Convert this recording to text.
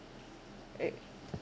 ugh